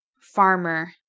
Farmer